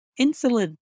insulin